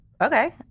okay